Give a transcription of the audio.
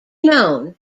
known